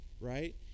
right